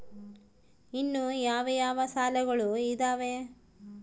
ಇನ್ನು ಯಾವ ಯಾವ ಸಾಲಗಳು ಇದಾವೆ?